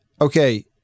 Okay